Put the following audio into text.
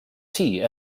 tea